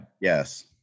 Yes